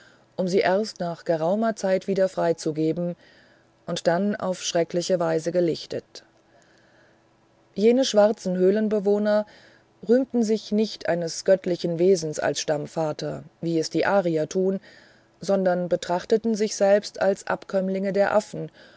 um sie erst nach geraumer zeit wieder freizugeben und dann auf schreckliche weise gelichtet jene schwarzen höhlenbewohner rühmten sich nicht eines göttlichen wesens als stammvater wie es die arier tun sondern betrachteten sich selbst als abkömmlinge der affen